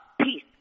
peace